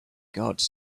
guards